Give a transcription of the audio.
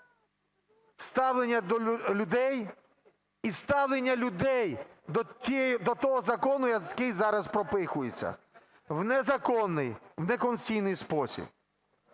ставлення людей до того закону, який зараз пропихується в незаконний, в неконституційний спосіб.